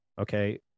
Okay